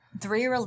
three